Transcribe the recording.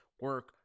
Work